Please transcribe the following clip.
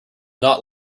not